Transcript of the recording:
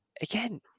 again